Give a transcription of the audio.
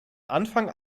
anfang